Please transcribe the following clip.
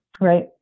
Right